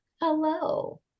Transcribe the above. Hello